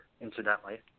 incidentally